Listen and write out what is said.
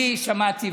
אני שמעתי,